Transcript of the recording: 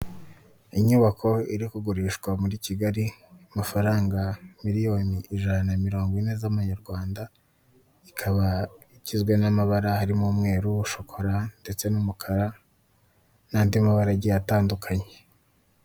Inyubako iri kugurishwa muri Kigali amafaranga miliyoni ijana na mirongo ine z'amanyarwanda ikaba igizwe n'amabara harimo umweru, shokora ndetse n'umukara n'andi mabara agiye atandukanye.